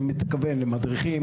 אני מתכוון למדריכים,